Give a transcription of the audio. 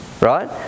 Right